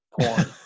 porn